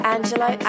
Angelo